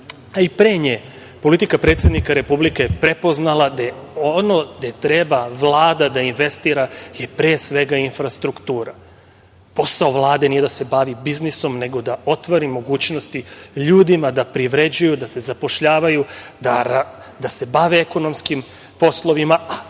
i pre nje, politika predsednika republike je prepoznala ono gde treba Vlada da investira je pre svega, infrastruktura. Posao Vlade nije da se bavi biznisom nego da otvori mogućnosti ljudima da privređuju, da se zapošljavaju, da se bave ekonomskim poslovima,